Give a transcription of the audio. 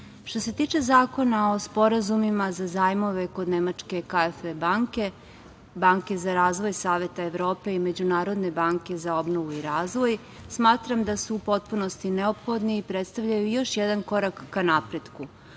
što se tiče zakona o sporazumima za zajmove kod Nemačke KfW banke, Banke za razvoj Saveta Evrope i Međunarodne banke za obnovu i razvoj, smatram da su u potpunosti neophodni i predstavljaju još jedan korak ka